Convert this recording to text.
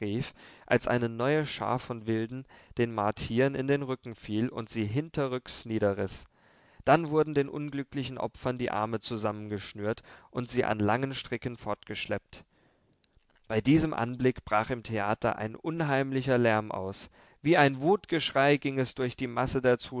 als eine neue schar von wilden den martiern in den rücken fiel und sie hinterrücks niederriß dann wurden den unglücklichen opfern die arme zusammengeschnürt und sie an langen stricken fortgeschleppt bei diesem anblick brach im theater ein unheimlicher lärm aus wie ein wutschrei ging es durch die masse